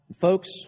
Folks